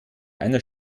einer